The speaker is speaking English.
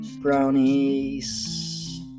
Brownies